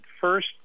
first